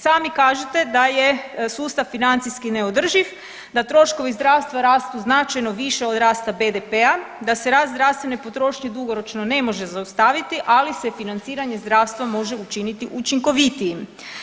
Sami kažete da je sustav financijski neodrživ, da troškovi zdravstva rastu značajno više od rasta BDP-a, da se rast zdravstvene potrošnje dugoročno ne može zaustaviti, ali se financiranje zdravstva može učiniti učinkovitijim.